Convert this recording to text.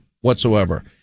whatsoever